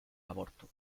aborto